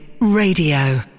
Radio